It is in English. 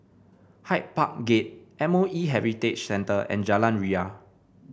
Hyde Park Gate M O E Heritage Centre and Jalan Ria